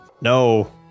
no